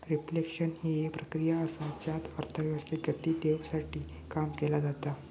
reflection हि एक प्रक्रिया असा ज्यात अर्थव्यवस्थेक गती देवसाठी काम केला जाता